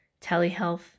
telehealth